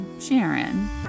Sharon